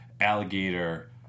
alligator